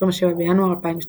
27 בינואר 2012